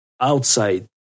outside